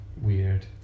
Weird